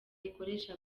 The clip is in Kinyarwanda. ikoresha